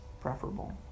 Preferable